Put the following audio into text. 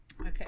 Okay